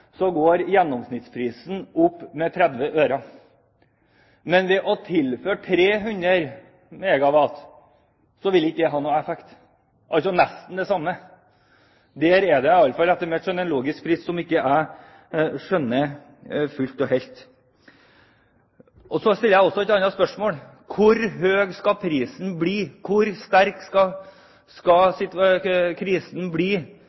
går gjennomsnittsprisen opp med 30 øre, men det å tilføre 300 MW vil ikke ha noen effekt – altså nesten det samme. Der er det, iallfall etter mitt skjønn, en logisk brist som jeg ikke skjønner fullt og helt. Så stiller jeg også et annet spørsmål: Hvor høy skal prisen bli, hvor stor skal krisen bli,